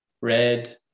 red